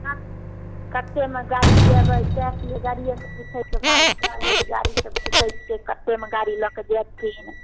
बक कतेकमे गाड़ी जयबै सहए कहलियै गाड़िए से पूछैत छियै भाव बङ्गालीके गाड़ी से पूछैत छियै कतेक मे गाड़ी लऽ कऽ जयथिन